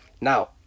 Now